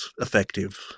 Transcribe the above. effective